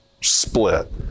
split